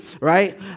right